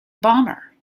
bomber